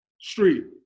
Street